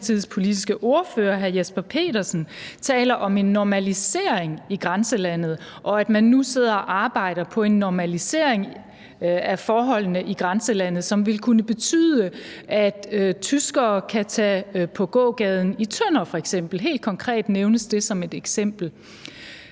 politiske ordfører, hr. Jesper Petersen, taler om en normalisering i grænselandet, og at man nu sidder og arbejder på en normalisering af forholdene i grænselandet, som ville kunne betyde, at tyskere kan tage til f.eks. gågaden i Tønder – helt konkret nævnes det som et eksempel.